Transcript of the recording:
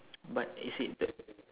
but is it the